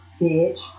Bitch